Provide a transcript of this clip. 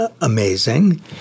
amazing